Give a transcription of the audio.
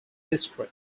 history